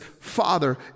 Father